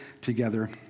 together